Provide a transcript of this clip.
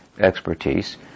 expertise